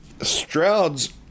Stroud's